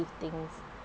things